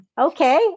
Okay